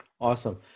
Awesome